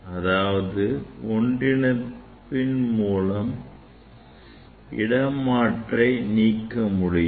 இவ்வாறு ஒன்றிணைப்பதன் மூலம் இடமாறை நீக்க முடியும்